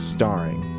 Starring